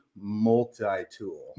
multi-tool